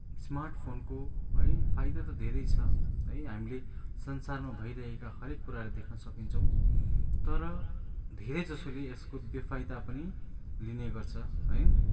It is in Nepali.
स्मार्टफोनको है फाइदा त धेरै छ है हामीले संसारमा भइरहेका हरेक कुराहरू देख्न सकिन्छ तर धेरै जसोले यसको बेफाइदा पनि लिनेगर्छ है